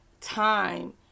time